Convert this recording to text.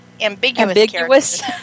ambiguous